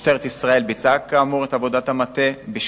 משטרת ישראל ביצעה עבודת מטה כאמור,